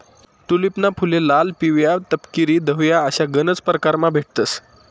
टूलिपना फुले लाल, पिवया, तपकिरी, धवया अशा गनज परकारमा भेटतंस